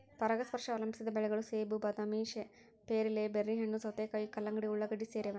ಪರಾಗಸ್ಪರ್ಶ ಅವಲಂಬಿಸಿದ ಬೆಳೆಗಳು ಸೇಬು ಬಾದಾಮಿ ಪೇರಲೆ ಬೆರ್ರಿಹಣ್ಣು ಸೌತೆಕಾಯಿ ಕಲ್ಲಂಗಡಿ ಉಳ್ಳಾಗಡ್ಡಿ ಸೇರವ